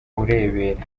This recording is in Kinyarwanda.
urebera